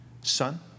son